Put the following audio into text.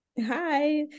Hi